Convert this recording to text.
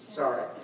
sorry